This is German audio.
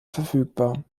verfügbar